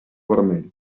vermell